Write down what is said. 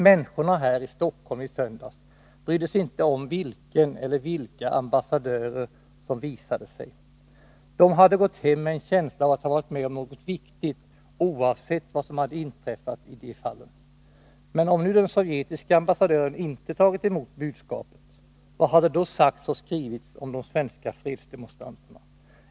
Människorna här i Stockholm i söndags brydde sig inte om vilken eller vilka ambassadörer som visade sig. De hade gått hem med en känsla av att ha varit med om något viktigt, oavsett vad som hade inträffat i de fallen. Men om nu den sovjetiske ambassadören inte tagit emot budskapet? Vad hade då sagts och skrivits om de svenska fredsdemonstranterna?